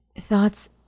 thoughts